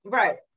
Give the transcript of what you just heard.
right